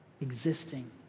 existing